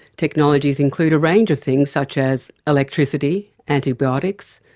technologies include a range of things such as electricity, antibiotics,